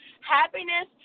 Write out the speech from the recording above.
Happiness